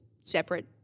separate